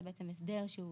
זה בעצם הסדר שהוא